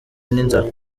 n’inzara